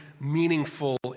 meaningful